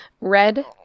Red